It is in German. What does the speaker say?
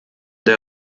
der